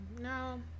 No